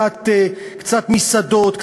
קצת מסעדות,